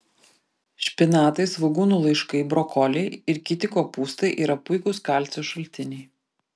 špinatai svogūnų laiškai brokoliai ir kiti kopūstai yra puikūs kalcio šaltiniai